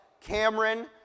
Cameron